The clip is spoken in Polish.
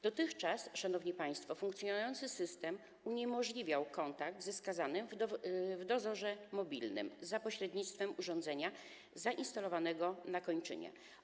Dotychczas, szanowni państwo, funkcjonujący system uniemożliwiał kontakt ze skazanym w dozorze mobilnym za pośrednictwem urządzenia zainstalowanego na kończynie.